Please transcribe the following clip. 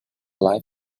life